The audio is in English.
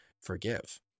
forgive